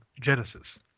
Genesis